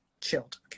chilled